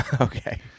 Okay